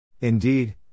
Indeed